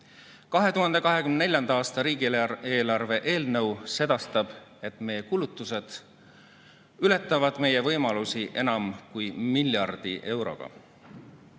2024. aasta riigieelarve eelnõu sedastab, et meie kulutused ületavad meie võimalusi enam kui miljardi euroga.